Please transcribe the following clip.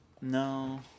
No